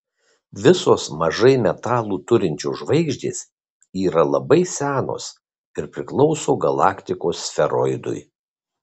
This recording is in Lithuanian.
visos mažai metalų turinčios žvaigždės yra labai senos ir priklauso galaktikos sferoidui